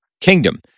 kingdom